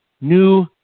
new